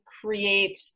create